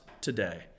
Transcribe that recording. today